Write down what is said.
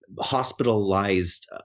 hospitalized